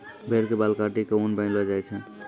भेड़ के बाल काटी क ऊन बनैलो जाय छै